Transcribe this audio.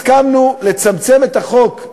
הסכמנו לצמצם את החוק,